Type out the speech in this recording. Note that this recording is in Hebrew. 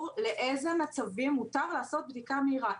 לאיזה מצבים מותר לעשות בדיקה מהירה.